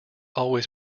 always